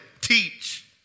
teach